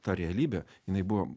ta realybė jinai buvo